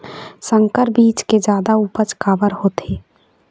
संकर बीज के जादा उपज काबर होथे?